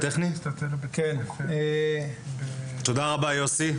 תודה רבה יוסי.